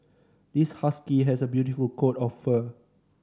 this husky has a beautiful coat of fur